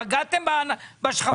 פגעתם בשכבות החלשות.